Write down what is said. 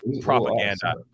propaganda